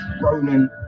ronan